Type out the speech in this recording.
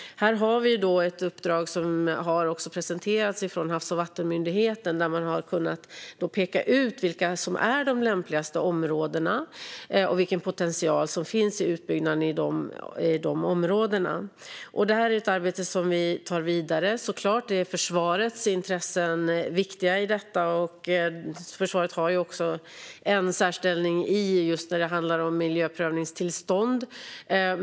I ett uppdrag som presenterats av Havs och vattenmyndigheten har man pekat ut vilka som är de lämpligaste områdena och vilken potential som finns för utbyggnad i dessa områden. Detta är ett arbete som vi tar vidare. Försvarets intressen i detta är såklart viktiga, och försvaret har också en särställning när det handlar om miljöprövningstillstånd.